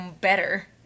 better